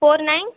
four nine